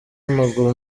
w’amaguru